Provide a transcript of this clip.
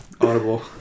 Audible